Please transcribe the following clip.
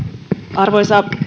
arvoisa